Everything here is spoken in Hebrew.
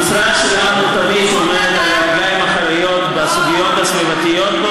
המשרד שלנו תמיד עומד על הרגליים האחוריות בסוגיות הסביבתיות,